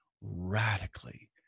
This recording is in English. radically